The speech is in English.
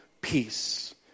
peace